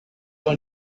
were